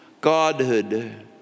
godhood